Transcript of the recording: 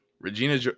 Regina